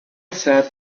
said